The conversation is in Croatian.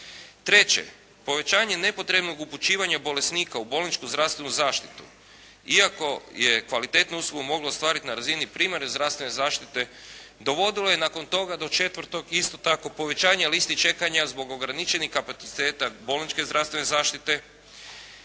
Treće, povećanje nepotrebnog upućivanja bolesnika u bolničku zdravstvenu zaštitu iako je kvalitetnu uslugu mogla ostvariti na razini primarne zdravstvene zaštite, dovodilo je nakon toga do četvrtog, isto tako povećanja listi čekanja zbog ograničenih kapaciteta bolničke zdravstvene zaštite.